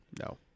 No